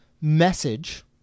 message